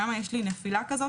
למה יש לי נפילה כזאת?